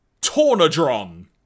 Tornadron